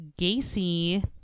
Gacy